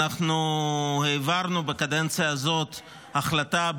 אנחנו העברנו בקדנציה הזאת החלטה,